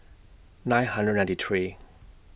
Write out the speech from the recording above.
nine hundred ninety three